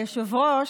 היושב-ראש,